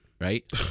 right